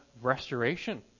restoration